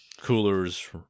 Cooler's